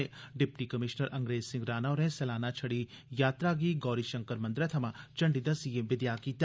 एदे शा पैहले डिप्टी कमीशनर अंग्रेज सिंह राणा होरें सलाना छड़ी यात्रा गी गौरी शंकर मंदरै थमां झंडी दस्सियै बिदया कीता